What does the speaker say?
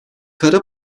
kara